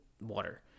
water